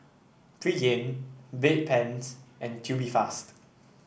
Pregain Bedpans and Tubifast